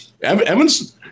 Evan's